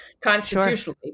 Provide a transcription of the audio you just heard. constitutionally